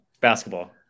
basketball